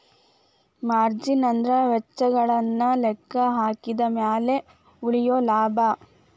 margin ಅಂದ್ರ ವೆಚ್ಚಗಳನ್ನ ಲೆಕ್ಕಹಾಕಿದ ಮ್ಯಾಲೆ ಉಳಿಯೊ ಲಾಭ